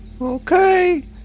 Okay